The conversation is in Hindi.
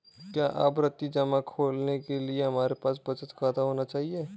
क्या आवर्ती जमा खोलने के लिए हमारे पास बचत खाता होना चाहिए?